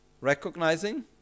recognizing